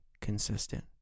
consistent